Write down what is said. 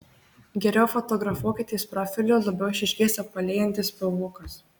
geriau fotografuokitės profiliu labiau išryškės apvalėjantis pilvukas